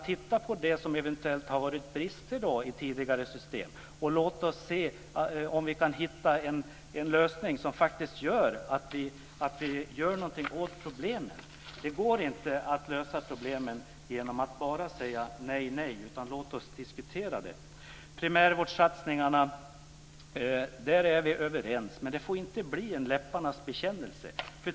Titta på det som eventuellt har brustit i tidigare system och låt oss se om vi kan hitta en lösning så att vi faktiskt gör något åt problemen. Det går inte att lösa problemen genom att bara säga nej, utan låt oss diskutera det här. I fråga om primärvårdssatsningarna är vi överens. Men det får inte bli en läpparnas bekännelse.